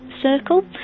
circle